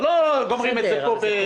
זה לא שגומרים פה והולכים.